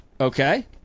Okay